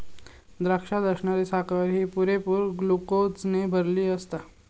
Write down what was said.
द्राक्षात असणारी साखर ही पुरेपूर ग्लुकोजने भरलली आसता